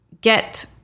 get